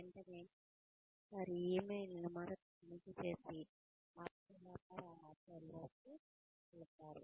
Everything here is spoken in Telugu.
వెంటనే వారి ఇమెయిల్ లను మొదట తనిఖీ చేసి ఆపై వ్యాపార ఆర్డర్ లకు వెలతారు